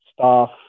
staff